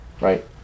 right